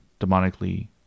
demonically